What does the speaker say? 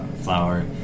Flour